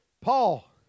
Paul